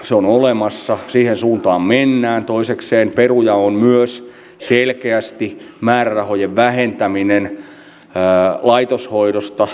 sun huulemassa siihen suuntaan millään toisekseen peruja on leikkaukset vaarantavat korkeatasoisen kliinisen lääketieteen tutkimuksen